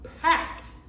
packed